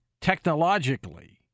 technologically